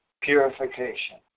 purification